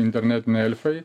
internetiniai elfai